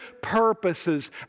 purposes